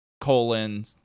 colon